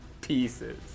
Pieces